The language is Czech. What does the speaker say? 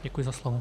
Děkuji za slovo.